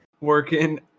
Working